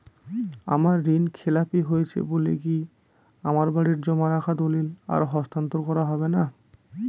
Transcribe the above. আমার ঋণ খেলাপি হয়েছে বলে কি আমার বাড়ির জমা রাখা দলিল আর হস্তান্তর করা হবে না?